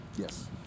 Yes